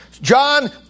John